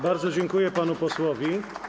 Bardzo dziękuję panu posłowi.